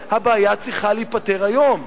היום, הבעיה צריכה להיפתר היום.